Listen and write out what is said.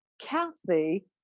Kathy